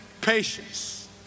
patience